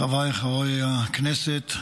חבריי חברי הכנסת,